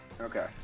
Okay